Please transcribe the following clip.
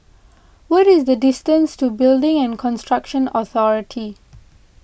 what is the distance to Building and Construction Authority